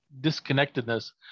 disconnectedness